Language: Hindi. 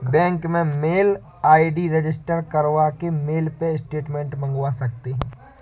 बैंक में मेल आई.डी रजिस्टर करवा के मेल पे स्टेटमेंट मंगवा सकते है